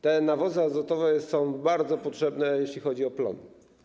Te nawozy azotowe są bardzo potrzebne, jeśli chodzi o plony.